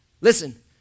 Listen